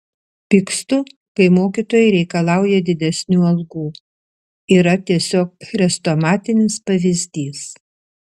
pykstu kai mokytojai reikalauja didesnių algų yra tiesiog chrestomatinis pavyzdys